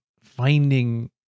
finding